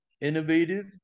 innovative